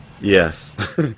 Yes